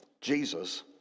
Jesus